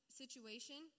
situation